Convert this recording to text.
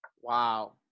Wow